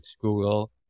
Google